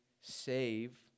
save